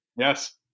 Yes